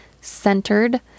centered